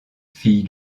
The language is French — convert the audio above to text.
fille